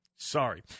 Sorry